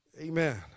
Amen